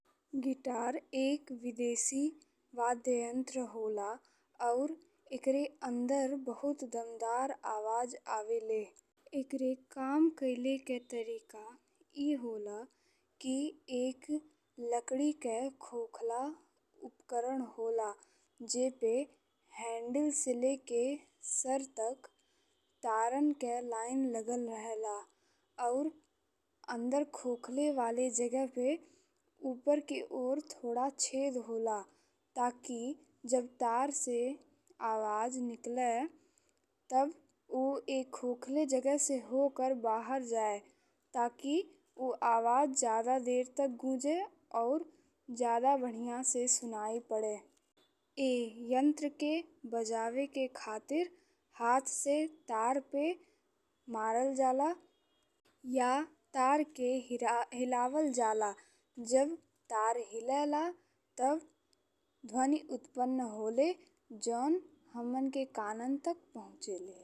Guitar एक विदेशी वाद्य यंत्र होला और एकरे अंदर बहुत दमदार आवाज आवेले। एकरे काम कईले के तरीका ए होला कि एक लकड़ी के खोखला उपकरण होला जेपे हैंडल से लेके सर तक तारन के लाइन लगल रहेला। और अंदर खोखला वाले जगह पर ऊपर के ओर थोड़ा छेद होला ताकि जब तार से आवाज निकले तब उ एह खोखले जगह से होके बाहर जाए ताकि उ आवाज जादा देर तक गूजे और जादा बढ़िया से सुनाई पड़े। ए यंत्र के बजाय के खातिर हाथ से तार पर मारल जा ला या तार के हिलावल जा ला। जब तार हिले ला तब ध्वनि उत्पन्न होले जौन हम्मन के कान तक पहुंचले।